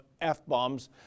F-bombs